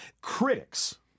critics